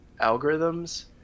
algorithms